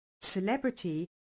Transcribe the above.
celebrity